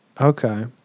Okay